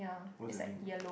what's that mean